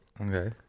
Okay